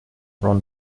ron